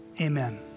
Amen